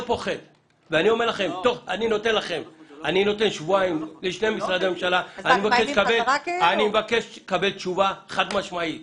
אני נותן שבועיים לשני משרדי ממשלה ואני מבקש לקבל תשובה חד משמעית